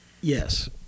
yes